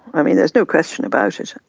um yeah there's no question about it.